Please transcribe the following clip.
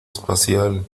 espacial